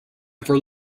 for